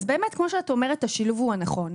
באמת כמו שאת אומרת השילוב הוא הנכון.